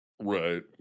Right